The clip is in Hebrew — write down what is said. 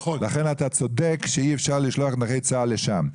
לכן אתה צודק שאי אפשר לשלוח נכי צה"ל לשם.